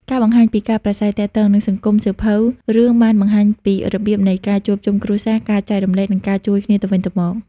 ការបង្ហាញពីការប្រាស្រ័យទាក់ទង និងសង្គមសៀវភៅរឿងបានបង្ហាញពីរបៀបនៃការ ជួបជុំគ្រួសារ ការចែករំលែក និងការជួយគ្នាទៅវិញទៅមក។